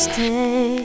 Stay